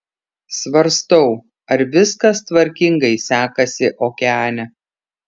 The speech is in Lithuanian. svarstau ar viskas tvarkingai sekasi okeane